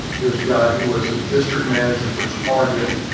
there's a guy who was a district manager for target,